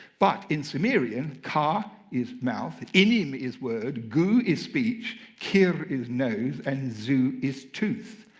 but in sumerian, ka is mouth, inim is word, gu is speech, kir is nose, and zu is tooth.